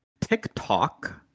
TikTok